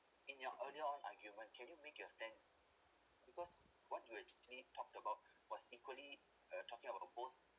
in your earlier on argument can you make your stand because what do I actually talked about was equally uh talking about both